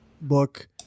book